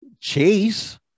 chase